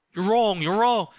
you're wrong! you're wrong!